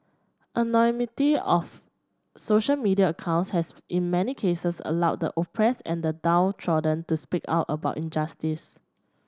anonymity of social media accounts has in many cases allowed the oppressed and the downtrodden to speak out about injustice